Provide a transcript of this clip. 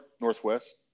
Northwest